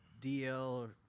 DL